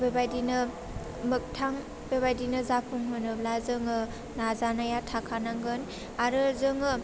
बेबायदिनो मोगथां बेबायदिनो जाफुंहोनोब्ला जोङो नाजानाया थाखानांगोन आरो जोङो